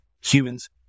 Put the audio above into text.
humans